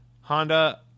Honda